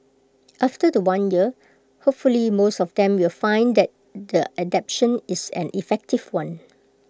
after The One year hopefully most of them will find that the adaptation is an effective one